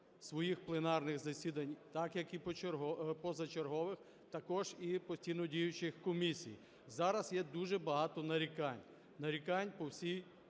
своїх пленарних засідань так, як і позачергових, також і постійно діючих комісій. Зараз є дуже багато нарікань, нарікань по всій